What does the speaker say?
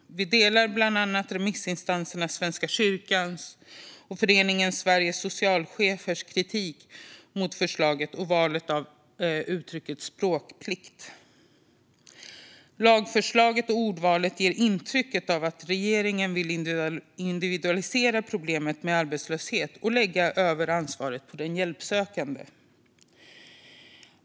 Vi delar bland annat remissinstanserna Svenska kyrkans och Föreningen Sveriges Socialchefers kritik mot förslaget och valet av uttrycket språkplikt. Lagförslaget och ordvalet ger intrycket av att regeringen vill individualisera problemet med arbetslöshet och lägga över ansvaret på den hjälpsökande.